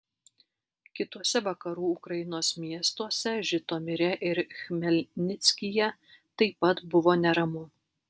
kituose vakarų ukrainos miestuose žitomire ir chmelnickyje taip pat buvo neramu